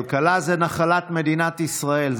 כלכלה זה נחלת מדינת ישראל.